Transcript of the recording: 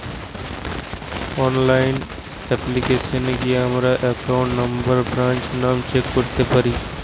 online অ্যাপ্লিকেশানে গিয়া আমাদের একাউন্ট নম্বর, ব্রাঞ্চ নাম চেক করতে পারি